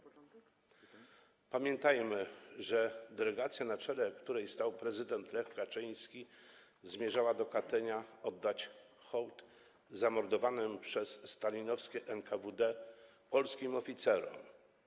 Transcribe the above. Pamiętajmy, że delegacja, na czele której stał prezydent Lech Kaczyński, zmierzała do Katynia oddać hołd zamordowanym przez stalinowskie NKWD polskim oficerom.